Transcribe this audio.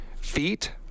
feet